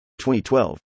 2012